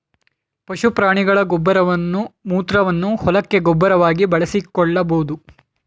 ಪಶು ಪ್ರಾಣಿಗಳ ಗೊಬ್ಬರವನ್ನು ಮೂತ್ರವನ್ನು ಹೊಲಕ್ಕೆ ಗೊಬ್ಬರವಾಗಿ ಬಳಸಿಕೊಳ್ಳಬೋದು